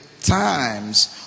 times